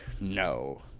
No